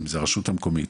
האם זו הרשות המקומית?